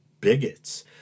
bigots